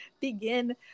begin